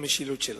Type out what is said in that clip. במשילות שלה.